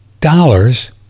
dollars